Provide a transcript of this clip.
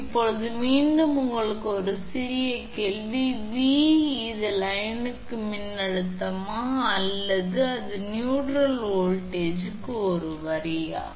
இப்போது மீண்டும் உங்களுக்கு ஒரு சிறிய கேள்வி V இது லைனுக்கு மின்னழுத்தமா அல்லது அது நியூட்ரல் வோல்ட்டேஜ் ஒரு வரியா